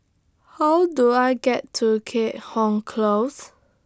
How Do I get to Keat Hong Close